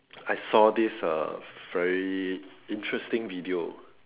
I saw this uh very interesting video